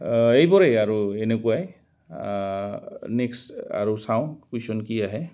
এইবোৰেই আৰু এনেকুৱাই নেক্স আৰু চাওঁ কুইশ্যন কি আহে